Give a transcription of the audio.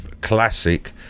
classic